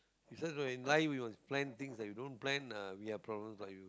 it's just where in life we must plans thing that we don't plan uh we have problems like you